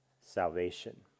salvation